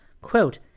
Quote